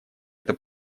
это